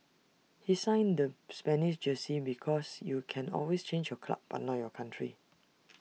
he signed the Spanish jersey because you can always change your club but not your country